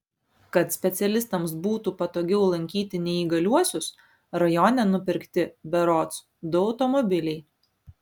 kad specialistams būtų patogiau lankyti neįgaliuosius rajone nupirkti berods du automobiliai